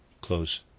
Close